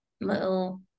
little